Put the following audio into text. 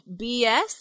BS